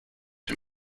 him